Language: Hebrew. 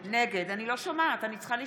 נגד עלי סלאלחה,